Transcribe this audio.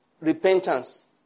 repentance